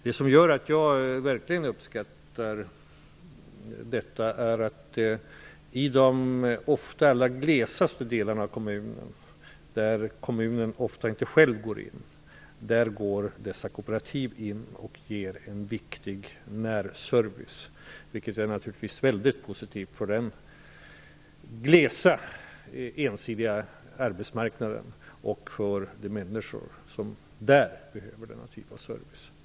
Jag uppskattar verkligen detta eftersom dessa kooperativ går in och ger en viktig närservice i de allra glesaste delarna av kommunen där kommunen ofta inte går in själv. Det är naturligtvis mycket positivt för den glesa ensidiga arbetsmarknaden och för de människor som behöver denna typ av service.